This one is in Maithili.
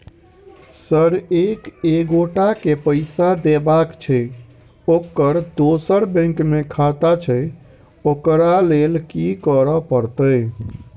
सर एक एगोटा केँ पैसा देबाक छैय ओकर दोसर बैंक मे खाता छैय ओकरा लैल की करपरतैय?